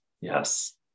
Yes